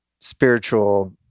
spiritual